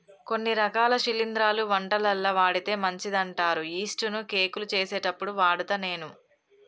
కొన్ని రకాల శిలింద్రాలు వంటలల్ల వాడితే మంచిదంటారు యిస్టు ను కేకులు చేసేప్పుడు వాడుత నేను